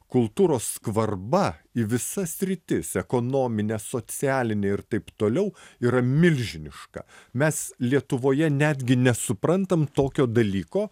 kultūros skvarba į visas sritis ekonominę socialinę ir taip toliau yra milžiniška mes lietuvoje netgi nesuprantam tokio dalyko